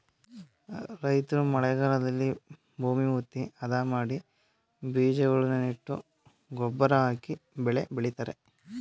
ರೈತ್ರು ಮಳೆಗಾಲದಲ್ಲಿ ಭೂಮಿ ಹುತ್ತಿ, ಅದ ಮಾಡಿ ಬೀಜಗಳನ್ನು ನೆಟ್ಟು ಗೊಬ್ಬರ ಹಾಕಿ ಬೆಳೆ ಬೆಳಿತರೆ